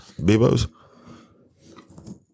Bebo's